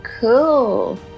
cool